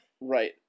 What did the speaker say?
Right